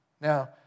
Now